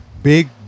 Big